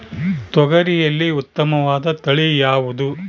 ತೊಗರಿಯಲ್ಲಿ ಉತ್ತಮವಾದ ತಳಿ ಯಾವುದು?